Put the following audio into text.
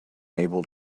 able